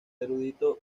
erudito